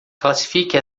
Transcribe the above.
classifique